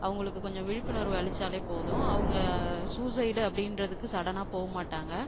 அவங்களுக்கு கொஞ்சம் விழிப்புணர்வு அளித்தாலே போதும் அவங்க சூசைட் அப்படின்றதுக்கு சடன்னா போக மாட்டாங்க